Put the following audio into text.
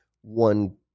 one